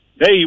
hey